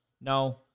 No